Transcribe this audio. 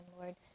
Lord